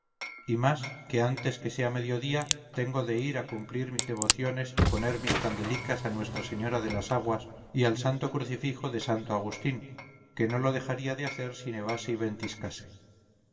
y más que antes que sea mediodía tengo de ir a cumplir mis devociones y poner mis candelicas a nuestra señora de las aguas y al santo crucifijo de santo agustín que no lo dejaría de hacer si